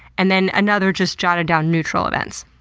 and then another just jotted down neutral events.